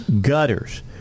gutters